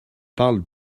parle